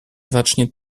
zacznie